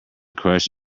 crush